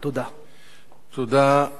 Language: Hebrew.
אני מזמין את חבר הכנסת איתן כבל